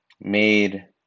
made